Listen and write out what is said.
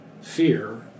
fear